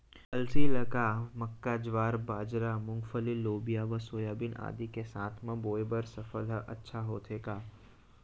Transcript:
अलसी ल का मक्का, ज्वार, बाजरा, मूंगफली, लोबिया व सोयाबीन आदि के साथ म बोये बर सफल ह अच्छा होथे का?